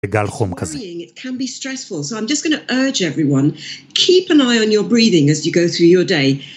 בגל חום כזה.